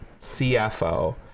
CFO